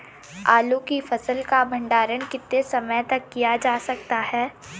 आलू की फसल का भंडारण कितने समय तक किया जा सकता है?